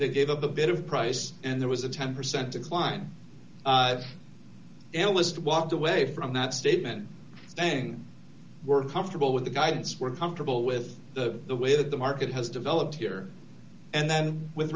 they gave up a bit of price and there was a ten percent decline analyst walked away from that statement saying we're comfortable with the guidance we're comfortable with the the way that the market has developed here and then with